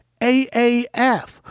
AAF